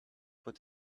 put